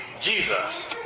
Jesus